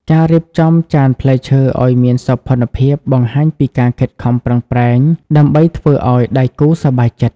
ការរៀបចំចានផ្លែឈើឱ្យមានសោភ័ណភាព បង្ហាញពីការខិតខំប្រឹងប្រែងដើម្បីធ្វើឱ្យដៃគូសប្បាយចិត្ត។